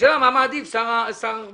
השאלה מה מעדיף שר הרווחה